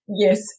Yes